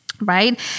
Right